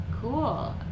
Cool